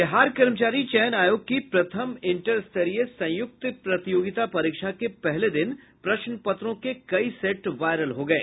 बिहार कर्मचारी चयन आयोग की प्रथम इंटर स्तरीय संयुक्त प्रतियोगिता परीक्षा के पहले दिन प्रश्नपत्रों के कई सेट वायरल हो गये